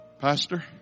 Pastor